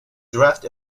draft